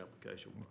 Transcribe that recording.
application